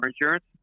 insurance